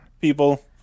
people